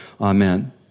Amen